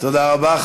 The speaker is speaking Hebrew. תודה רבה.